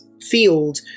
field